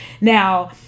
now